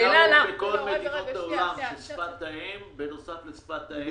השאלה אם נהוג בעולם, שבנוסף לשפת האם